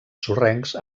sorrencs